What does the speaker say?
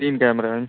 तीन कैमरा है